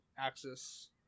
Axis